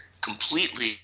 completely